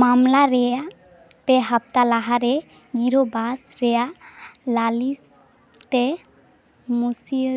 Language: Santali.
ᱢᱟᱢᱞᱟ ᱨᱮᱭᱟᱜ ᱯᱮ ᱦᱟᱯᱛᱟ ᱞᱟᱦᱟᱨᱮ ᱜᱤᱨᱟᱹᱵᱟᱥ ᱨᱮᱭᱟᱜ ᱞᱟᱹᱞᱤᱥᱛᱮ ᱢᱩᱥᱟᱹᱭᱟᱹ